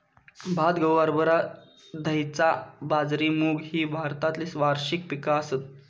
भात, गहू, हरभरा, धैंचा, बाजरी, मूग ही भारतातली वार्षिक पिका आसत